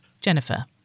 Jennifer